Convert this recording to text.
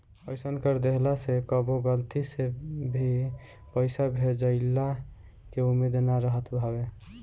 अइसन कर देहला से कबो गलती से भे पईसा भेजइला के उम्मीद ना रहत हवे